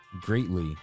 greatly